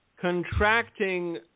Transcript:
contracting